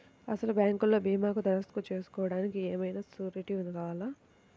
అసలు బ్యాంక్లో భీమాకు దరఖాస్తు చేసుకోవడానికి ఏమయినా సూరీటీ కావాలా?